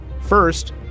First